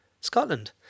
Scotland